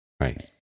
Right